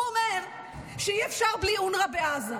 הוא אומר שאי-אפשר בלי אונר"א בעזה.